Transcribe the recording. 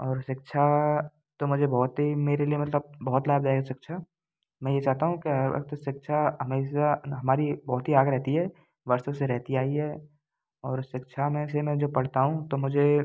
और शिक्षा तो मुझे बहुत ही मेरे लिए मतलब बहुत लाभदायक है शिक्षा मैं ये चाहता हूँ कि हर वक्त शिक्षा हमेशा हमारी बहुत ही आगे रहती है वर्षों से रहती आई है और शिक्षा में से मैं जो पढ़ता हूँ तो मुझे